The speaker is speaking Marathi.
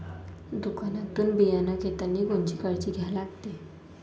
दुकानातून बियानं घेतानी कोनची काळजी घ्या लागते?